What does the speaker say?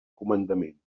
comandament